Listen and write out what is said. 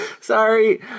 Sorry